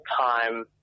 time